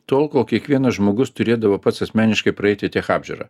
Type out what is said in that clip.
tol kol kiekvienas žmogus turėdavo pats asmeniškai praeiti tech apžiūrą